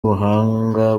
ubuhanga